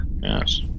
Yes